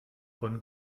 von